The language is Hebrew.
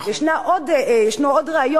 יש עוד רעיון,